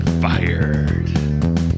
fired